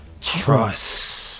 trust